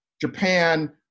Japan